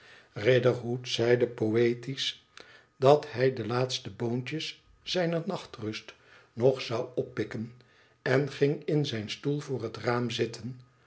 riderhood zeide poëtisch dat hij de laatste boontjes zijner nachtrust nog zou oppikken en ging in zijn stoel voor het raam zitten